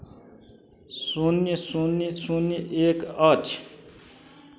शून्य शून्य शून्य एक अछि